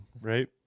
right